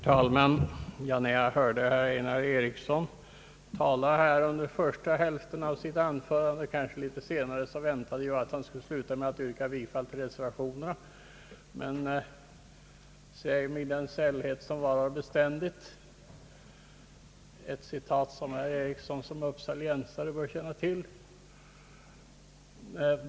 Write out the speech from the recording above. Herr talman! När jag hörde herr Einar Eriksson tala — framför allt under första hälften av hans anförande — väntade jag, att han skulle yrka bifall till reservationerna. Men säg mig den sällhet som varar beständigt — ett citat, som herr Einar Eriksson såsom uppsaliensare bör känna till.